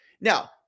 Now